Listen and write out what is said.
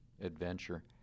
adventure